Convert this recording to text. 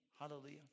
hallelujah